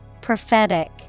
Prophetic